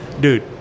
dude